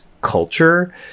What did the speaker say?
culture